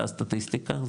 זה הסטטיסטיקה,